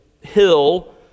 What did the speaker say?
hill